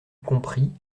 comprit